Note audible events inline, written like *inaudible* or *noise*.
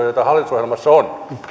*unintelligible* joita hallitusohjelmassa on